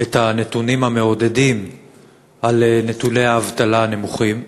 את הנתונים המעודדים על נתוני האבטלה הנמוכים.